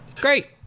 great